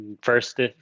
first